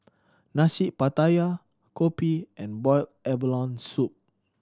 Nasi Pattaya kopi and boiled abalone soup